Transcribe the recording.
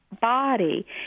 body